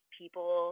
people